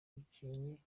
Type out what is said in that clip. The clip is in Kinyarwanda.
bikennye